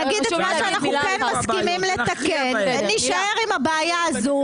נגיד את מה שאנחנו מסכימים לתקן ונישאר עם הבעיה הזו.